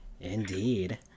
Indeed